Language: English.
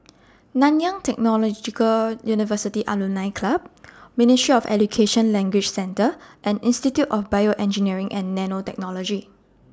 Nanyang Technological University Alumni Club Ministry of Education Language Centre and Institute of Bioengineering and Nanotechnology